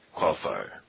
qualifier